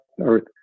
Earth